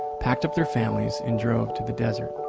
packed up their families and drove to the desert.